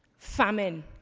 famine,